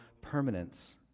permanence